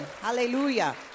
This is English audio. Hallelujah